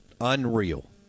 unreal